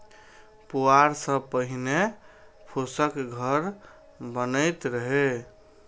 पुआर सं पहिने फूसक घर बनैत रहै